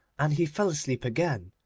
and he fell asleep again,